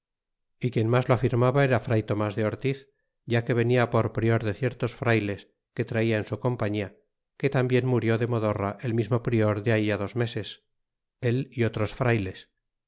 é quien mas lo afirmaba era fray tomas ortiz ya que venia por prior de ciertos frayles que traia en su compañía que tambien murió de modorra el mesmo prior de ahí dos meses él y otros frayles